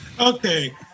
Okay